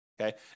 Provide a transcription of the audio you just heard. okay